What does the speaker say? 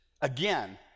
again